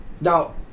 Now